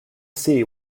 see